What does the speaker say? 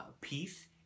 peace